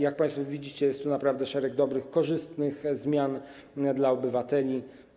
Jak państwo widzicie, jest tu naprawdę szereg dobrych, korzystnych zmian dla obywateli.